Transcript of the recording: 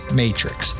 matrix